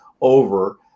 over